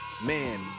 Man